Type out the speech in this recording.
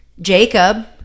Jacob